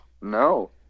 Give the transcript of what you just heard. No